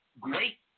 great